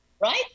Right